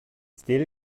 still